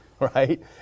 Right